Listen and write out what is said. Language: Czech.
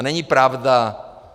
Není pravda.